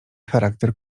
charakter